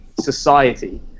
society